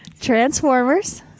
Transformers